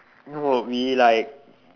no we like